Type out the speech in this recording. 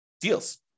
deals